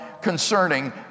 concerning